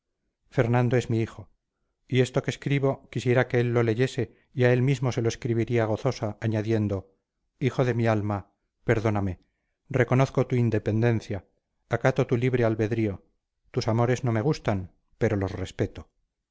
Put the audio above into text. fernando es mi hijo y esto que escribo quisiera que él lo leyese y a él mismo se lo escribiría gozosa añadiendo hijo de mi alma perdóname reconozco tu independencia acato tu libre albedrío tus amores no me gustan pero los respeto